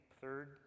third